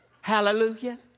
Hallelujah